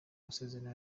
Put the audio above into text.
masezerano